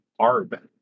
ARB